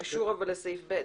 שקשור לסעיף (ב),